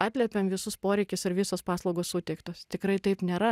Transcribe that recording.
atliepiam visus poreikius ir visos paslaugos suteiktos tikrai taip nėra